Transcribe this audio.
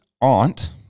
aunt